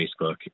Facebook